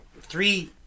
three